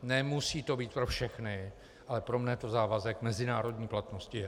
Nemusí to být pro všechny, ale pro mne to závazek mezinárodní platnosti je.